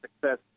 success